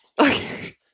Okay